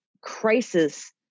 crisis